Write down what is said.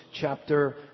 chapter